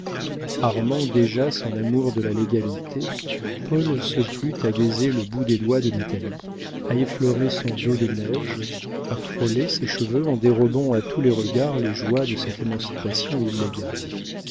armant déjà son amour de la légalité paul se plut à baiser le bout des doigts de natalie à effleurer son dos de neige à frôler ses cheveux en dérobant à tous les regards les joies de cette émancipation illégale